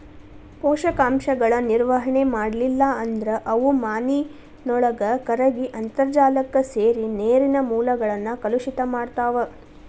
ಪೋಷಕಾಂಶಗಳ ನಿರ್ವಹಣೆ ಮಾಡ್ಲಿಲ್ಲ ಅಂದ್ರ ಅವು ಮಾನಿನೊಳಗ ಕರಗಿ ಅಂತರ್ಜಾಲಕ್ಕ ಸೇರಿ ನೇರಿನ ಮೂಲಗಳನ್ನ ಕಲುಷಿತ ಮಾಡ್ತಾವ